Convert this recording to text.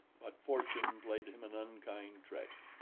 but fortune played him an unkind trick,